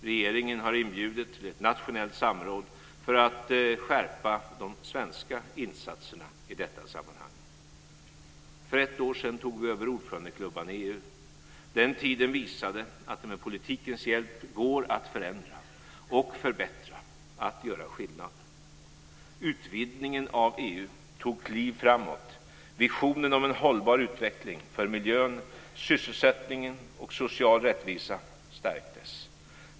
Regeringen har inbjudit till ett nationellt samråd för att skärpa de svenska insatserna i detta sammanhang. För ett år sedan tog vi över ordförandeklubban i EU. Den tiden visade att det med politikens hjälp går att förändra och förbättra; att göra skillnad. Utvidgningen av EU tog kliv framåt. Visionen om en hållbar utveckling för miljön, sysselsättningen och social rättvisa stärktes.